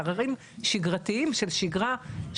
עררים שגרתיים של שגרה,